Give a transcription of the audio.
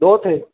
दो थे